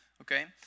okay